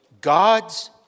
God's